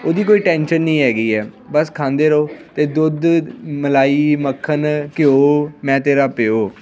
ਉਹਦੀ ਕੋਈ ਟੈਨਸ਼ਨ ਨਹੀਂ ਹੈਗੀ ਹੈ ਬਸ ਖਾਂਦੇ ਰਹੋ ਅਤੇ ਦੁੱਧ ਮਲਾਈ ਮੱਖਣ ਘਿਓ ਮੈਂ ਤੇਰਾ ਪਿਓ